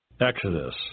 Exodus